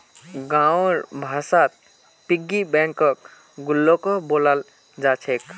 गाँउर भाषात पिग्गी बैंकक गुल्लको बोलाल जा छेक